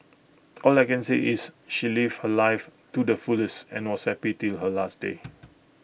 all I can say is she lived her life too the fullest and was happy till her last day